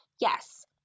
Yes